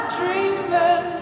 dreaming